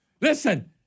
Listen